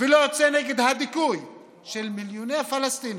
ולא יוצא נגד הדיכוי של מיליוני פלסטינים,